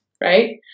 right